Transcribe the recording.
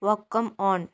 vacuum on